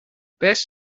best